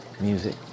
music